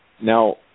Now